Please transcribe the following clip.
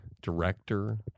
director